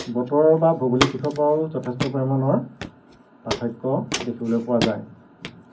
বতৰৰ বা ভৌগোলিক দিশৰ পৰাও যথেষ্ট পৰিমাণৰ পাৰ্থক্য দেখিবলৈ পোৱা যায়